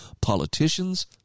politicians